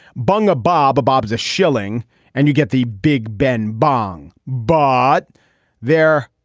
bung a bob bob's a shilling and you get the big ben bong bot there.